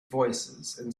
voicesand